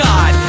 God